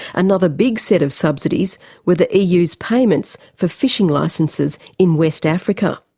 another big set of subsidies were the eu's payments for fishing licences in west africa.